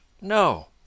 No